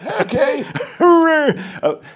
Okay